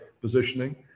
positioning